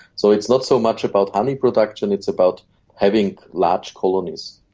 so it's not so much about honey production, it's about having large colonies.